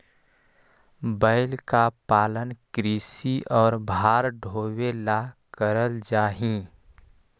बैल का पालन कृषि और भार ढोवे ला करल जा ही